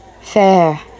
fair